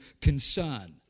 concern